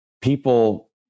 people